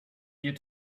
here